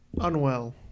Unwell